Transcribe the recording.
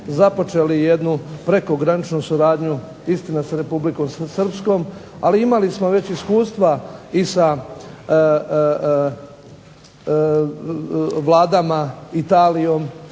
započeli jednu prekograničnu suradnju istina s Republikom Srpskom ali imali smo već iskustva i sa vladama Italijom